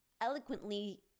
eloquently